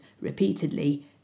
repeatedly